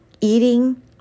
eating